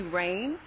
rain